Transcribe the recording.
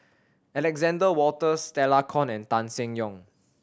Alexander Wolters Stella Kon and Tan Seng Yong